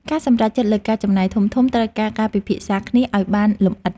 ការសម្រេចចិត្តលើការចំណាយធំៗត្រូវការការពិភាក្សាគ្នាឲ្យបានលម្អិត។